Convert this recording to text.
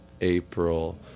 April